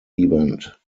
event